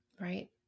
right